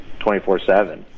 24-7